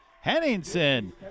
Henningsen